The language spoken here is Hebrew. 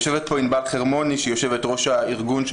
יושבת פה ענבל חרמוני שהיא יושבת-ראש הארגון של